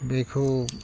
बेखौ